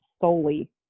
solely